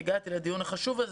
שהדברים כבר